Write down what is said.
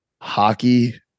hockey